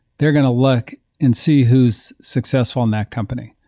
they're going to look and see who's successful in that company.